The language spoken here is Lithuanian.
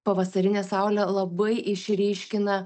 pavasarinė saulė labai išryškina